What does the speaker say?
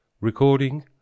Recording